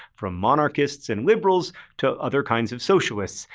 from monarchists and liberals to other kinds of socialists.